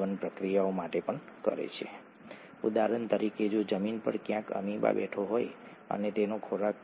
pentose sugar જમણી બાજુ અને નાઇટ્રોજનસ બેઝ અને ફોસ્ફેટ જૂથ આ